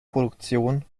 produktion